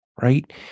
right